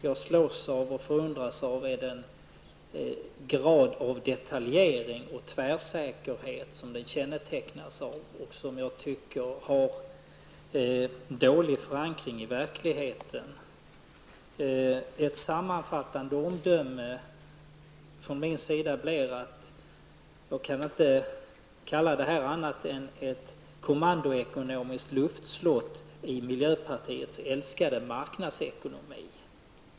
Jag slås av och förundras över den grad av detaljering och tvärsäkerhet som de kännetecknas av, något som jag anser har dålig förankring i verkligheten. Mitt sammanfattande omdöme blir, att jag inte kan kalla detta för annat än ett kommandoekonomiskt luftslott i miljöpartiets älskade marknadsekonomi.